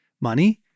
money